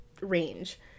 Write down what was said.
range